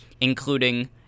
including